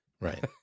Right